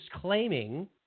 claiming